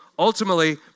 Ultimately